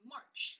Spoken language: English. March